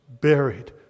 Buried